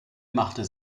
macht